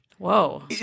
Whoa